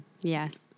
Yes